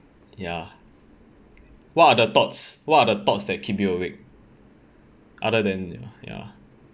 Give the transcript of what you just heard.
ya what are the thoughts what are the thoughts that keep you awake other than ya